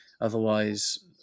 Otherwise